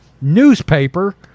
newspaper